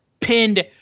pinned